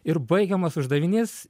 ir baigiamas uždavinys